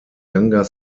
younger